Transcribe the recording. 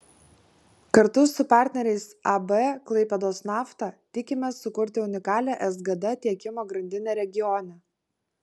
kartu su partneriais ab klaipėdos nafta tikimės sukurti unikalią sgd tiekimo grandinę regione